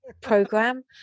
program